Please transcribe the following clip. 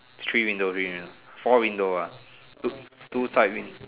three windows wind four window uh two two type wind